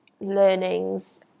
learnings